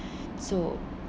so